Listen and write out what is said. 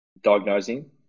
diagnosing